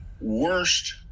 worst